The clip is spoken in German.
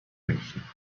münchen